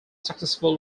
successful